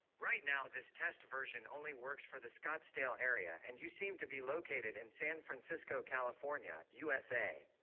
right now, this test version only works for the scottsdale area, and you seem to be located in san francisco, california, usa.